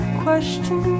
question